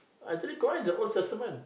actually Quran is the old testament